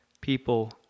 people